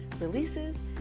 releases